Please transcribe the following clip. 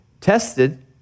Tested